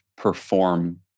perform